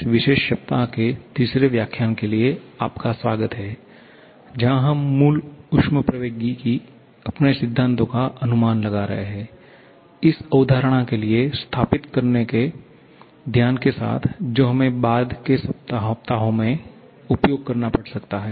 इस विशेष सप्ताह के तीसरे व्याख्यान के लिए आपका स्वागत है जहाँ हम मूल ऊष्मप्रवैगिकी के अपने सिद्धांतों का अनुमान लगा रहे हैं इस अवधारणा के लिए स्थापित करने के ध्यान के साथ जो हमें बाद के हफ्तों में उपयोग करना पड़ सकता है